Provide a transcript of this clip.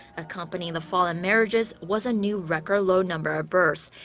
accompanying the fall in marriages was a new record-low number of births.